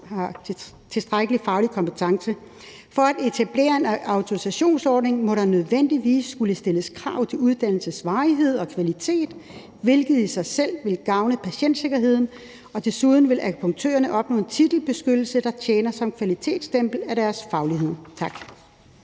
er tilstrækkelig fagligt kompetent. For at etablere en autorisationsordning må der nødvendigvis skulle stilles krav til uddannelsens varighed og kvalitet, hvilket i sig selv vil gavne patientsikkerheden. Desuden vil akupunktørerne opnå en titelbeskyttelse, der tjener som kvalitetstempel af deres faglighed.«